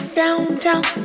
downtown